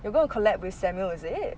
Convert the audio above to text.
you are going to collab with samuel is it